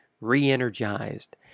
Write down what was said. re-energized